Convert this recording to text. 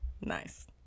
nice